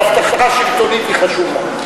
אבל הבטחה שלטונית היא חשובה.